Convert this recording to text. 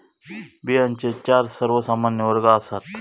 बियांचे चार सर्वमान्य वर्ग आसात